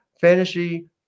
fantasy